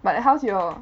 but how's your